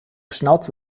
schnauze